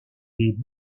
les